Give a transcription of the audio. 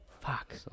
Fuck